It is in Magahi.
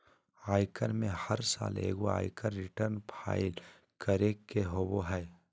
आयकर में हर साल एगो आयकर रिटर्न फाइल करे के होबो हइ